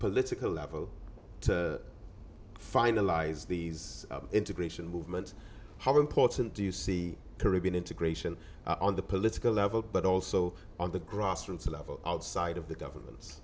political level to finalize these integration movement how important do you see caribbean integration on the political level but also on the grassroots level outside of the government